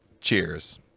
cheers